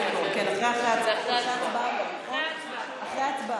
אחרי ההצבעה.